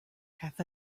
half